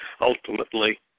ultimately